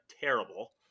terrible